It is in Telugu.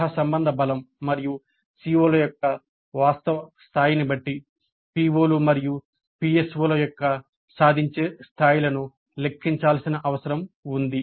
సహసంబంధ బలం మరియు CO ల యొక్క వాస్తవ స్థాయిని బట్టి PO లు మరియు PSO ల యొక్క సాధించే స్థాయిలను లెక్కించాల్సిన అవసరం ఉంది